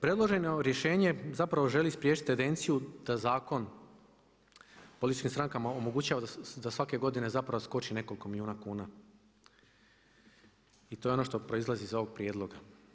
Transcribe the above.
Predložene rješenje zapravo želi spriječiti tendenciju da zakon političkim strankama omogućava da svake godine zapravo skoči nekoliko milijuna kuna i to je ono što proizlazi iz ovog prijedloga.